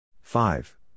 five